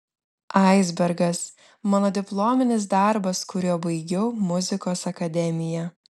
aisbergas mano diplominis darbas kuriuo baigiau muzikos akademiją